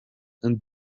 and